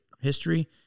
History